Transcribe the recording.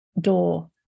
door